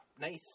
nice